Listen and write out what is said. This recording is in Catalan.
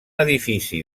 edifici